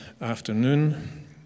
afternoon